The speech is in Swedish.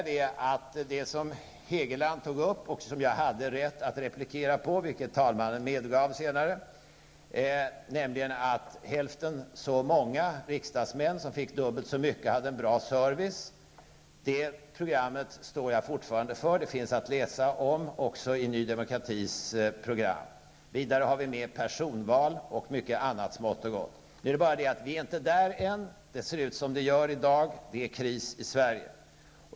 Det som Hugo Hegeland tog upp -- och som jag hade rätt att replikera på, vilket talmannen medgav senare -- nämligen att hälften så många riksdagsmän som fick dubbelt så mycket hade en bra service, det programmet står jag fortfarande för. Det finns att läsa i Ny Demokratis program. Vi har också med personval och mycket annat smått och gott, men vi är inte där än. I dag ser det ut som det gör. Det är kris i Sverige.